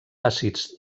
àcids